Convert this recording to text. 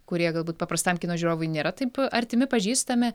kurie galbūt paprastam kino žiūrovui nėra taip artimi pažįstami